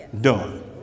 done